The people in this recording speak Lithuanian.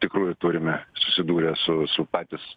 tikrųjų turime susidūrę su su patys